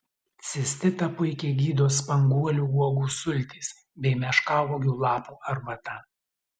cistitą puikiai gydo spanguolių uogų sultys bei meškauogių lapų arbata